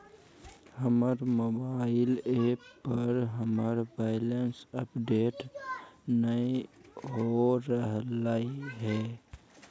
हमर mobile app पर हमर बैलेंस अपडेट नय हो रहलय हें